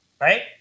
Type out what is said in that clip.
right